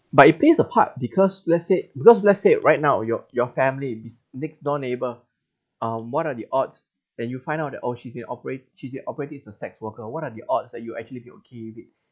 but it plays a part because let's say because let's say right now your your family is next door neighbour um what are the odds then you find out oh she's been opera~ she's been operating as a sex worker what are the odds that you'll actually be okay with it